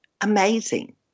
amazing